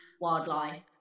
Wildlife